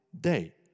day